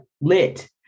lit